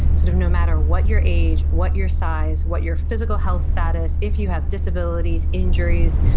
sort of no matter what your age, what your size, what your physical health status, if you have disabilities, injuries,